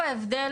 שוב,